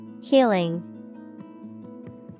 Healing